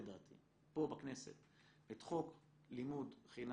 לדעתי פה בכנסת את חוק לימוד חינם,